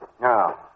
Now